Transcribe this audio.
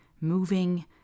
moving